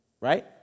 Right